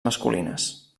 masculines